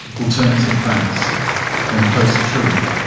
alternative facts and post truth.